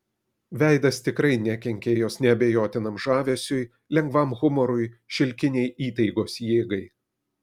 veidas tikrai nekenkė jos neabejotinam žavesiui lengvam humorui šilkinei įtaigos jėgai